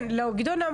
מה, בוועדה?